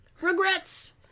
Regrets